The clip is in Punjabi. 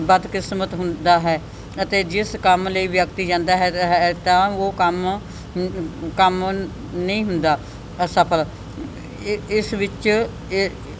ਬਦਕਿਸਮਤ ਹੁੰਦਾ ਹੈ ਅਤੇ ਜਿਸ ਕੰਮ ਲਈ ਵਿਅਕਤੀ ਜਾਂਦਾ ਹੈਗਾ ਹੈ ਤਾਂ ਉਹ ਕੰਮ ਕੰਮ ਨਹੀਂ ਹੁੰਦਾ ਅਸਫਲ ਇ ਇਸ ਵਿੱਚ ਇ